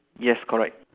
yes correct